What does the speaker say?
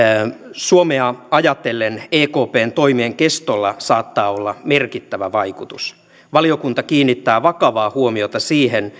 suomea ajatellen ekpn toimien kestolla saattaa olla merkittävä vaikutus valiokunta kiinnittää vakavaa huomiota siihen